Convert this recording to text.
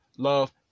Love